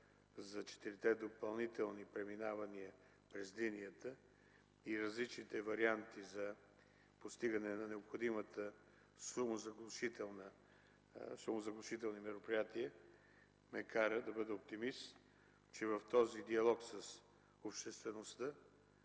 за четирите допълнителни преминавания през линията, и различните варианти за постигане на необходимите шумозаглушителни мероприятия ме карат да бъда оптимист, че в този диалог с обществеността,